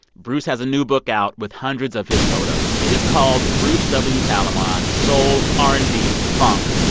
bruce has a new book out with hundreds of his photos. it is called bruce w. talamon soul. r and b. funk.